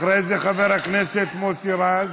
אחרי זה, חבר הכנסת מוסי רז.